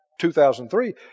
2003